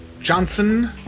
Johnson